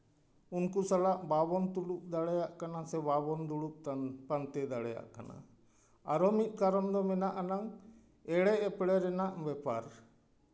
ᱩᱱᱠᱩ ᱥᱟᱞᱟᱜ ᱵᱟᱵᱚᱱ ᱫᱩᱲᱩᱵ ᱫᱟᱲᱮᱭᱟᱜ ᱠᱟᱱᱟ ᱥᱮ ᱵᱟᱵᱚᱱ ᱫᱩᱲᱩᱵ ᱯᱟᱱᱛᱮ ᱫᱟᱲᱮᱭᱟᱜ ᱠᱟᱱᱟ ᱟᱨᱚ ᱢᱤᱫ ᱠᱟᱨᱚᱱ ᱫᱚ ᱢᱮᱱᱟᱜ ᱟᱱᱟᱝ ᱮᱲᱮ ᱮᱯᱲᱮ ᱨᱮᱱᱟᱜ ᱵᱮᱯᱟᱨ